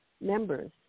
members